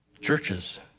churches